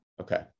okay